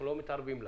אנחנו לא מתערבים לה,